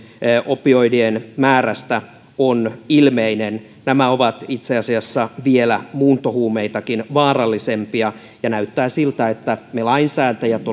opioidien määrästä on ilmeinen nämä ovat itse asiassa vielä muuntohuumeitakin vaarallisempia ja näyttää siltä että me lainsäätäjät